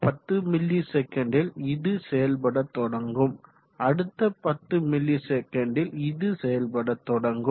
10 ms ல் இது செயல்பட தொடங்கும் அடுத்த 10 ms ல் இது செயல்பட தொடங்கும்